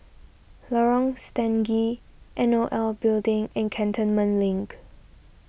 Lorong Stangee N O L Building and Cantonment Link